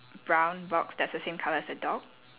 brown box that's the same colour as the dog